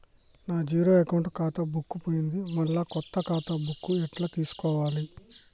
నా zero account ఖాతా book పోయింది మళ్ళా కొత్త ఖాతా బుక్కు ఎట్ల తీసుకోవాలే?